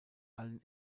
allen